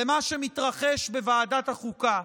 למה שמתרחש בוועדת החוקה.